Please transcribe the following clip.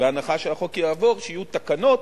בהנחה שהחוק יעבור, שיהיו תקנות,